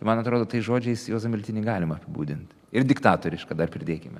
man atrodo tais žodžiais juozą miltinį galima apibūdint ir diktatorišką dar pridėkime